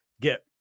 get